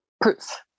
proof